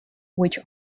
which